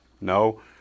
No